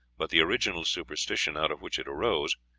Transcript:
but the original superstition out of which it arose,